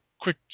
quick